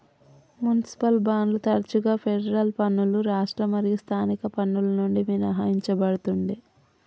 municipal బాండ్లు తరచుగా federal పన్నులు రాష్ట్ర మరియు స్థానిక పన్నుల నుండి మినహాయించబడతుండే